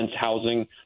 housing